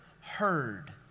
heard